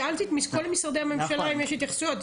שאלתי את כל משרדי הממשלה אם יש התייחסויות,